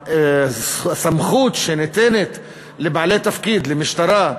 שהסמכות שניתנת לבעלי תפקיד, למשטרה,